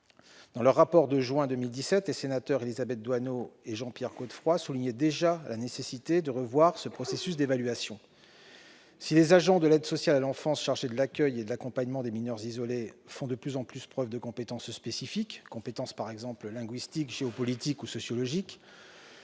Dans leur rapport de juin 2017, les sénateurs Élisabeth Doineau et Jean-Pierre Godefroy soulignaient déjà la nécessité de revoir le processus d'évaluation. Si les agents de l'aide sociale à l'enfance, chargés de l'accueil et de l'accompagnement des mineurs isolés, font de plus en plus preuve de compétences spécifiques- linguistiques, géopolitiques ou sociologiques